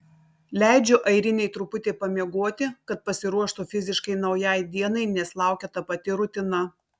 leidžiu airinei truputį pamiegoti kad pasiruoštų fiziškai naujai dienai nes laukia ta pati rutina